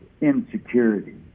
insecurity